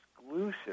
exclusive